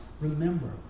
Remember